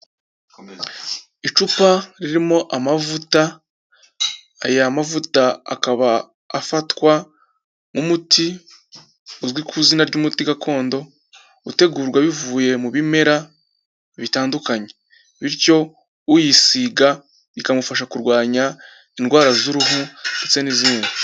Icupa ririmo amavuta, aya mavuta akaba afatwa nk'umuti uzwi ku izina ry'umuti gakondo, utegurwa bivuye mu bimera bitandukanye bityo uyisiga ikamufasha kurwanya indwara z'uruhu ndetse n'izindi.